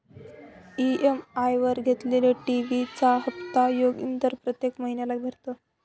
EMI वर घेतलेल्या TV चा हप्ता जोगिंदर प्रत्येक महिन्याला भरतो